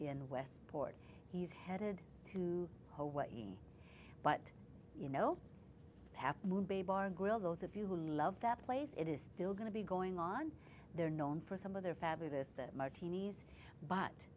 in westport he's headed to hawaii but you know half moon bay bar and grill those of you who love that place it is still going to be going on they're known for some of their fabulous martinis but